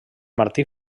martí